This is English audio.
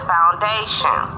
Foundation